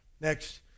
Next